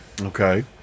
okay